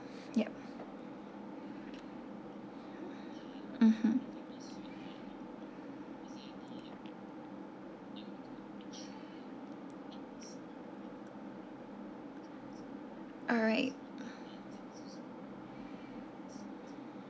yup mmhmm alright